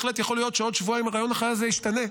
בהחלט יכול להיות שעוד שבועיים הרעיון החי הזה ישתנה.